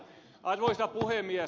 arvoisa puhemies